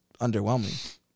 underwhelming